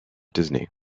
disney